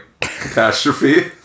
catastrophe